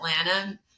atlanta